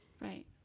right